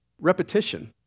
repetition